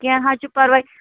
کیٚنٛہہ نہَ حظ چھُ پَرواے